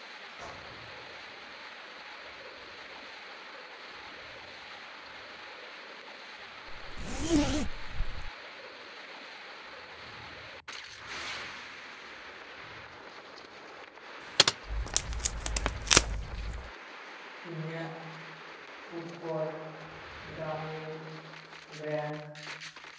ᱤᱧᱟᱹᱜ ᱩᱛᱠᱚᱞ ᱜᱨᱟᱢᱤᱱ ᱵᱮᱝᱠ